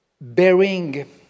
bearing